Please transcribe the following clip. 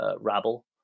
Rabble